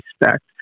respect